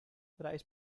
rice